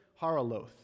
Haraloth